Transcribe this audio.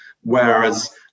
whereas